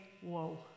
whoa